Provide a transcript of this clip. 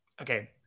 Okay